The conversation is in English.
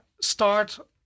start